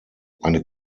eine